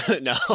No